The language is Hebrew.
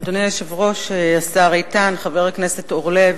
אדוני היושב-ראש, השר איתן, חבר הכנסת אורלב,